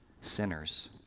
sinners